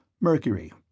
Mercury